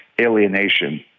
alienation